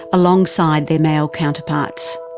alongside their male counterparts.